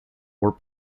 were